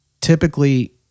typically